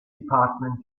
department